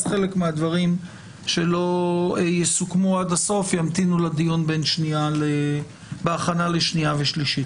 אז חלק מהדברים שלא יסוכמו עד הסוף ימתינו לדיון בהכנה לשנייה ושלישית.